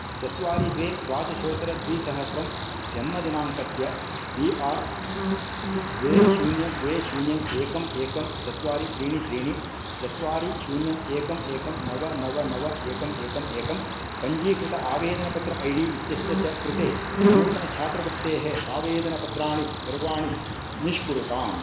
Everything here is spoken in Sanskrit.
चत्वारि द्वे द्वादशोत्तरद्विसहस्रं जन्मदिनाङ्कस्य बि आर् द्वे शून्यं द्वे शून्यं एकं एकं चत्वारि त्रीणि त्रीणि चत्वारि शून्यं एकं एकं नव नव नव एकं एकं एकं पञ्जीकृत आवेदनपत्र ऐ डी इत्यस्य च कृते नूतनछात्रवृत्तेः आवेदनपत्राणि सर्वाणि निष्कुरुताम्